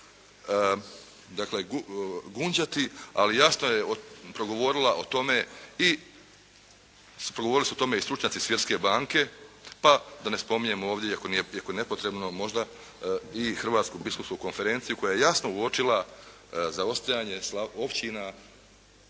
dakle, gunđati, ali jasno je progovorila o tome i, progovorili su o tome i stručnjaci Svjetske banke, pa da ne spominjem ovdje ako nije prijeko nepotrebno možda Hrvatsku biskupsku agenciju koja je jasno uočila zaostajanje općina,